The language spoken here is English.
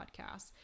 podcasts